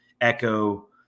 echo